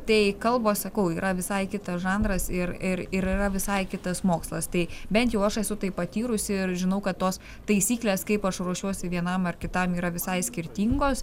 tai kalbos sakau yra visai kitas žanras ir ir ir yra visai kitas mokslas tai bent jau aš esu tai patyrusi ir žinau kad tos taisyklės kaip aš ruošiuosi vienam ar kitam yra visai skirtingos